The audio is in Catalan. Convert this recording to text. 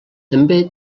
també